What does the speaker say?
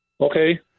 Okay